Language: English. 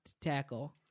tackle